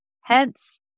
Hence